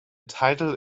title